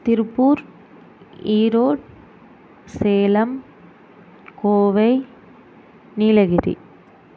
Tiruppur Erode Salem Kovai Nilgiri